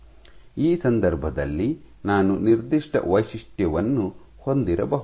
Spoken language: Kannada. ಈ ಸಂದರ್ಭದಲ್ಲಿ ನಾನು ನಿರ್ದಿಷ್ಟ ವೈಶಿಷ್ಟ್ಯವನ್ನು ಹೊಂದಿರಬಹುದು